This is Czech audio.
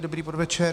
Dobrý podvečer.